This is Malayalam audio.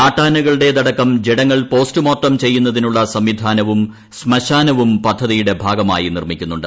നാട്ടാനകളുടേതടക്കം ജഡങ്ങൾ പോസ്റ്റ്മോർട്ടം ചെയ്യുന്നതിനുള്ള സംവിധാനവും ശ്മശാനവും പദ്ധതിയുടെ ഭാഗമായി നിർമിക്കുന്നുണ്ട്